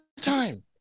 time